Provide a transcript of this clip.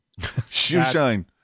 Shoeshine